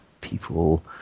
people